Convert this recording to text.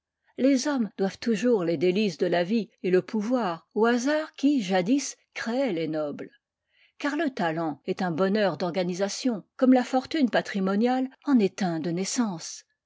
les hommes doivent toujours les délices de la vie et le pouvoir au hasard qui jadis créait les nobles car le talent est un bonheur d'organisation comme la fortune patrimoniale en est un de naissance